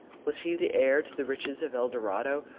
was he the heir to the riches of el dorado,